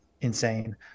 insane